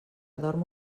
dormo